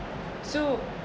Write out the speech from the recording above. so